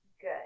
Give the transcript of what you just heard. good